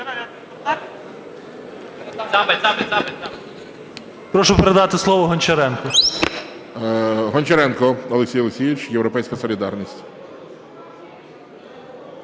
Прошу передати слово Гончаренку. ГОЛОВУЮЧИЙ. Гончаренко Олексій Олексійович, "Європейська солідарність".